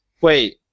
Wait